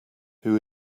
who